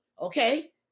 okay